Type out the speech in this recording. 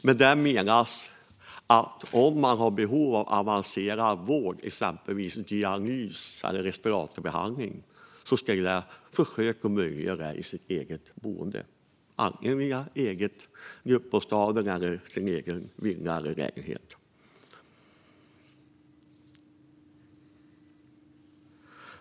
Med detta menas att om en person har behov av avancerad vård, exempelvis dialys eller respiratorbehandling, ska man försöka att möjliggöra detta i personens eget boende, antingen via en gruppbostad eller via en egen villa eller lägenhet.